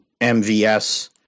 MVS